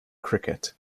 cricket